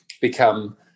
become